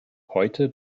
heute